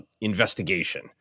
investigation